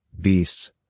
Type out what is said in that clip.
beasts